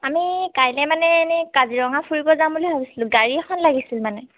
আমি কাইলে মানে এনেই কাজিৰঙা ফুৰিব যাম বুলি ভাবছিলোঁ গাড়ী এখন লাগিছিল মানে